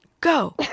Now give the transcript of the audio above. Go